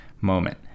moment